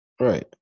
right